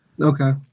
Okay